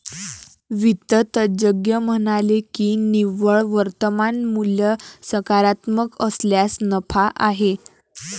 वित्त तज्ज्ञ म्हणाले की निव्वळ वर्तमान मूल्य सकारात्मक असल्यास नफा आहे